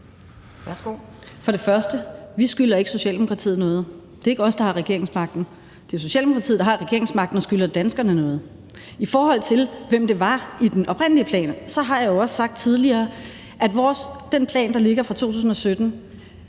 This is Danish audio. Vermund (NB): Vi skylder ikke Socialdemokratiet noget. Det er ikke os, der har regeringsmagten. Det er Socialdemokratiet, der har regeringsmagten og skylder danskerne noget. I forhold til hvem det var i den oprindelige plan, har jeg også sagt tidligere, at den plan, der ligger fra 2017,